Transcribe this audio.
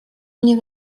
mnie